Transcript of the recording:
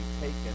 taken